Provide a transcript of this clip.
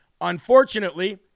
Unfortunately